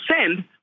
send